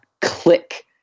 click